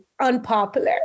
unpopular